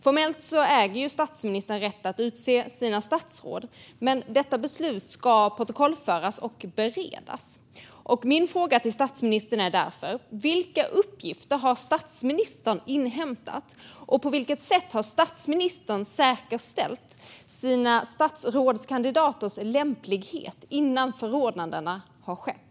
Formellt äger statsministern rätt att utse sina statsråd, men detta beslut ska protokollföras och beredas. Min fråga till statsministern är därför vilka uppgifter statsministern har inhämtat och på vilket sätt statsministern har säkerställt sina statsrådskandidaters lämplighet innan förordnandena har skett.